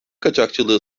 kaçakçılığı